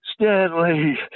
Stanley